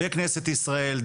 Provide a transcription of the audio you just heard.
בכנסת ישראל,